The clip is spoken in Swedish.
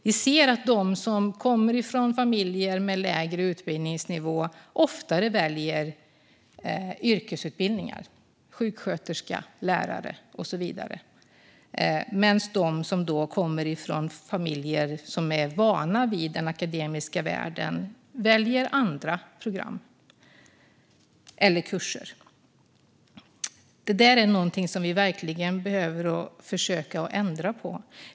Vi ser att de som kommer från familjer med lägre utbildningsnivå oftare väljer yrkesutbildningar - sjuksköterska, lärare och så vidare - medan de som kommer från familjer som är vana vid den akademiska världen väljer andra program eller kurser. Detta är någonting som vi verkligen behöver försöka att ändra på.